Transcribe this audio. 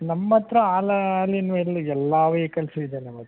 ನಮ್ಮ ಹತ್ರ all all in well ಎಲ್ಲ ವೆಹಿಕಲ್ಸೂ ಇದೆ ನಮ್ಮ ಹತ್ರ